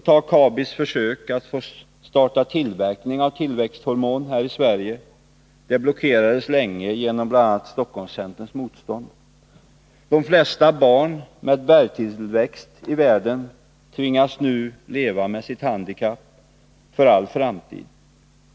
Ta Kabis försök att få starta tillverkning av tillväxthormon här i Sverige, som länge blockerades genom bl.a. motståndet från Stockholmscentern. De flesta barn i världen med dvärgväxt tvingas nu leva med sitt handikapp för all framtid.